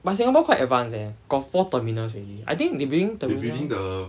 but singapore quite advanced eh got four terminals already I think they building terminal